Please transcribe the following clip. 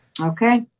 Okay